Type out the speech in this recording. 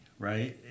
right